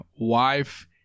wife